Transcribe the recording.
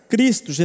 Cristo